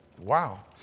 wow